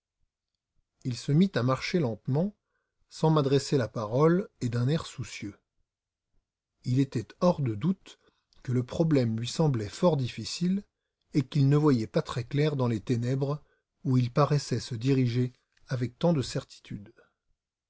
il se mit à marcher lentement sans m'adresser la parole et d'un air soucieux il était hors de doute que le problème lui semblait fort difficile et qu'il ne voyait pas très clair dans les ténèbres où il paraissait se diriger avec tant de certitude